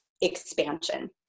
expansion